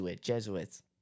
Jesuits